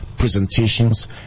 presentations